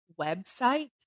website